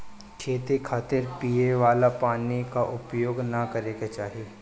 खेती खातिर पिए वाला पानी क उपयोग ना करे के चाही